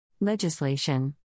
Legislation